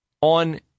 On